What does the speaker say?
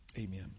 Amen